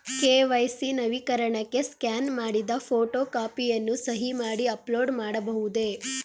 KYC ನವೀಕರಣಕ್ಕೆ scan ಮಾಡಿದ photo ಕಾಪಿಯನ್ನು ಸಹಿ ಮಾಡಿ ಅಪ್ಲೋಡ್ ಮಾಡಬಹುದೇ?